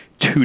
two